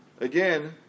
again